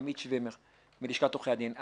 עמית שוימר מלשכת עורכי הדין.